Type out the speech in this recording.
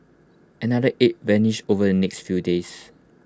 another eight vanished over the next few days